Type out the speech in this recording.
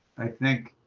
i think